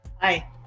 Hi